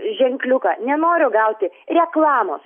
ženkliuką nenoriu gauti reklamos